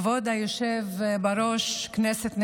כבוד היושב בראש, כנסת נכבדה,